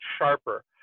sharper